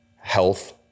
health